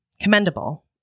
commendable